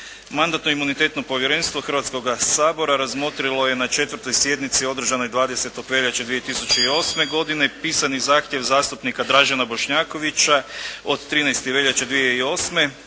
Mandatno-imunitetno povjerenstvo Hrvatskoga sabora razmotrilo je na 4. sjednici održanoj 20. veljače 2008. godine pisani zahtjev zastupnika Dražena Bošnjakovića od 13. veljače 2008. kojom